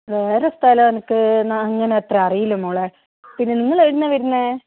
വേറെ സ്ഥലം എനിക്ക് അങ്ങനെ അത്ര അറിയില്ല മോളേ പിന്നെ നിങ്ങൾ എവിടുന്നാണ് വരുന്നത്